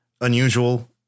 unusual